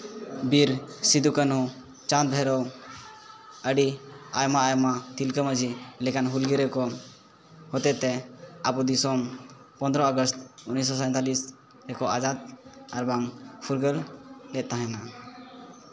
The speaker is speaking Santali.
ᱵᱤᱨ ᱥᱤᱫᱩ ᱠᱟᱱᱩ ᱪᱟᱸᱫ ᱵᱷᱟᱭᱨᱳ ᱟᱹᱰᱤ ᱟᱭᱢᱟ ᱟᱭᱢᱟ ᱛᱤᱞᱠᱟᱹ ᱢᱟᱹᱡᱷᱤ ᱞᱮᱠᱟᱱ ᱦᱩᱞᱜᱟᱹᱨᱭᱟᱹ ᱠᱚ ᱦᱚᱛᱮᱛᱮ ᱟᱵᱚ ᱫᱤᱥᱚᱢ ᱯᱚᱸᱫᱽᱨᱚ ᱟᱜᱚᱥᱴ ᱩᱱᱤᱥ ᱥᱚ ᱥᱟᱸᱭᱛᱟᱞᱞᱤᱥ ᱨᱮᱠᱚ ᱟᱡᱟᱫ ᱟᱨᱵᱟᱝ ᱯᱷᱩᱨᱜᱟᱹᱞ ᱞᱮᱫ ᱛᱟᱦᱮᱱᱟ